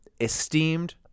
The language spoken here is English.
esteemed